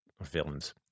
Villains